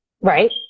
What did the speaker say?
right